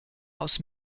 aus